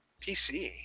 PC